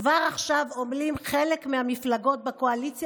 כבר עכשיו עמלים בחלק מהמפלגות בקואליציה